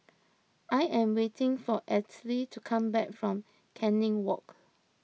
I am waiting for Althea to come back from Canning Walk